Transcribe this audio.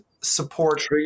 support